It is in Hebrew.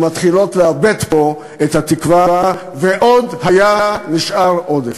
שמתחילות לאבד פה את התקווה, ועוד היה נשאר עודף.